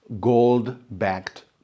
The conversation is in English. gold-backed